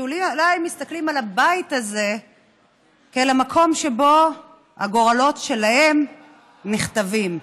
שאולי היו מסתכלים על הבית הזה כאל המקום שבו הגורלות שלהם נכתבים.